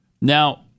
Now